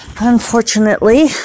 unfortunately